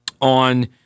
on